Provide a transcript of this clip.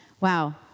wow